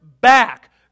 back